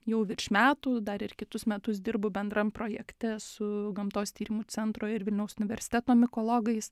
jau virš metų dar ir kitus metus dirbu bendram projekte su gamtos tyrimų centro ir vilniaus universiteto mikologais